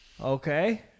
Okay